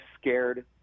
scared